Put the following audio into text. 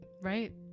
right